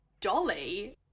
Dolly